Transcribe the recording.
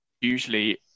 usually